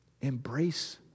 embrace